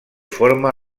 forma